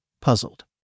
puzzled